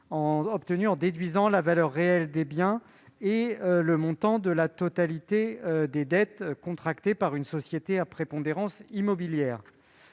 en déduisant de la valeur réelle des biens et droits immobiliers le montant de la totalité des dettes contractées par la société à prépondérance immobilière.